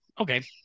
Okay